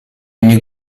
ogni